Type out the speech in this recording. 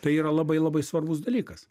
tai yra labai labai svarbus dalykas